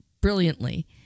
brilliantly